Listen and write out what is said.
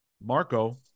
Marco